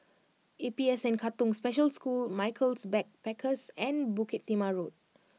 A P S N Katong Special School Michaels Backpackers and Bukit Timah Road